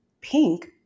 pink